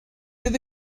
oedd